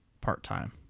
part-time